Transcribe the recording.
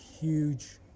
huge